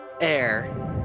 air